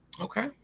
Okay